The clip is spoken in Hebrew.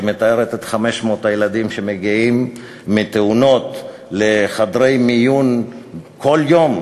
שהיא מתארת את 500 הילדים שמגיעים בגלל תאונות לחדרי מיון כל יום,